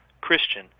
Christian